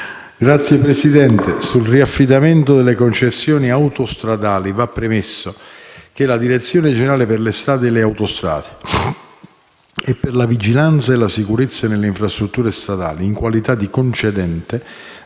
Signora Presidente, sul riaffidamento delle concessioni autostradali, va premesso che la direzione generale per le strade e le autostrade e per la vigilanza e la sicurezza nelle infrastrutture stradali - in qualità di concedente